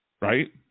right